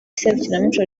serukiramuco